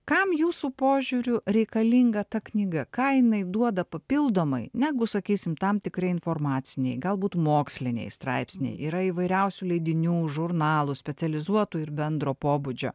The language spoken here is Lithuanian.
kam jūsų požiūriu reikalinga ta knyga kainai duoda papildomai negu sakysime tam tikri informaciniai galbūt moksliniai straipsniai yra įvairiausių leidinių žurnalų specializuotų ir bendro pobūdžio